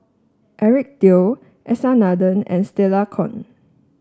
Eric Teo S R Nathan and Stella Kon